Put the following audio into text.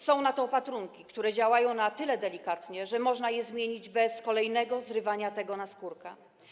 Są opatrunki, które działają na tyle delikatnie, że można je zmienić bez kolejnego zrywania naskórka.